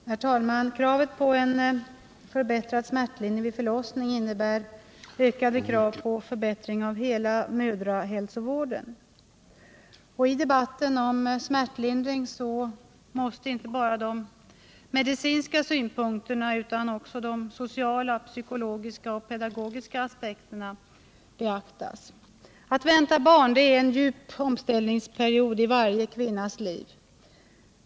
Herr talman! Kravet på förbättrad smärtlindring vid förlossning innebär ökade krav på förbättring av hela mödrahälsovården. I debatten om smärtlindring måste inte bara de medicinska synpunkterna utan också de sociala, psykologiska och pedagogiska aspekterna beaktas. Att vänta barn innebär en djup omställning i varje kvinnas liv.